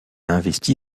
investi